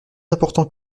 importants